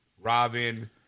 Robin